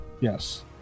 Yes